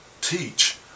teach